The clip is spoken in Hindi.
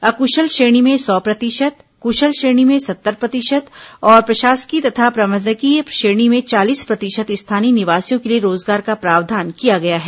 अक्शल श्रेणी में सौ प्रतिशत कुशल श्रेणी में सत्तर प्रतिशत और प्रशासकीय तथा प्रबंधकीय श्रेणी में चालीस प्रतिशत स्थानीय निवासियों के लिए रोजगार का प्रावधान किया गया है